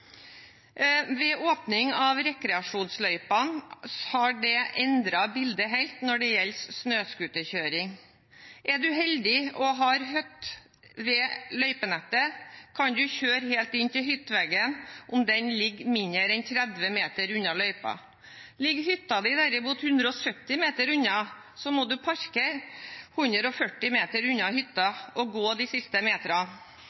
Åpning av rekreasjonsløyper har endret bildet helt når det gjelder snøscooterkjøring. Er man heldig og har hytte ved løypenettet, kan man kjøre helt inn til hytteveggen om den ligger mindre enn 30 m unna løypa. Ligger hytta derimot 170 m unna, må man parkere 140 m unna hytta